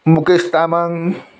Mukesh Tamang